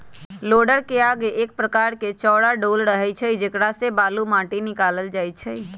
लोडरके आगे एक प्रकार के चौरा डोल रहै छइ जेकरा से बालू, माटि निकालल जाइ छइ